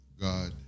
God